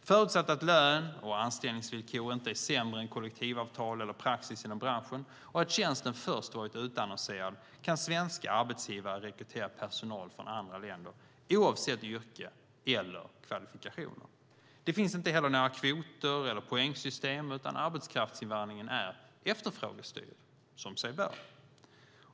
Förutsatt att lön och anställningsvillkor inte är sämre än kollektivavtal eller praxis inom branschen och att tjänsten först varit utannonserad kan svenska arbetsgivare rekrytera personal från andra länder oavsett yrke eller kvalifikation. Det finns inte heller några kvoter eller poängsystem, utan arbetskraftsinvandringen är efterfrågestyrd, som sig bör.